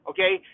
Okay